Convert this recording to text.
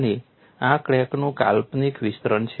અને આ ક્રેકનું કાલ્પનિક વિસ્તરણ છે